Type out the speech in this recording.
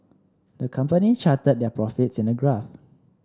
the company charted their profits in a graph